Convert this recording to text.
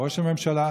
ראש הממשלה,